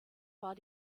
war